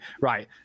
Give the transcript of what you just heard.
Right